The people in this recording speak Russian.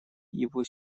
его